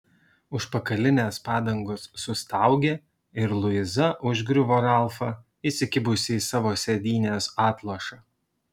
užpakalinės padangos sustaugė ir luiza užgriuvo ralfą įsikibusi į savo sėdynės atlošą